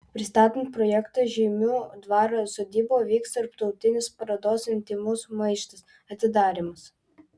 pristatant projektą žeimių dvaro sodyboje vyks tarptautinės parodos intymus maištas atidarymas